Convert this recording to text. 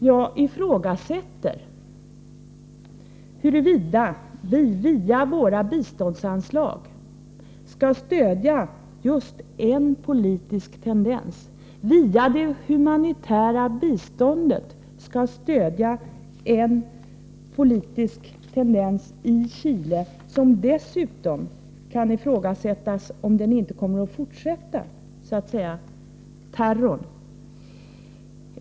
Jag ifrågasätter huruvida vi via våra biståndsanslag skall stödja just en politisk tendens i Chile, särskilt som det dessutom kan ifrågasättas om man inte från detta håll kommer att fortsätta terrorn.